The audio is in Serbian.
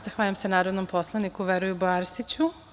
Zahvaljujem se narodnom poslaniku Veroljubu Arsiću.